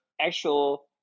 actual